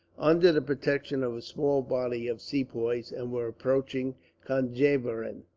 under the protection of a small body of sepoys, and were approaching conjeveram.